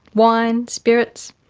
wine, spirits,